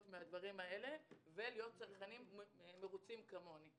מהדברים האלה ולהיות צרכנים מרוצים כמוני.